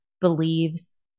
believes